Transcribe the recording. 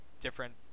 different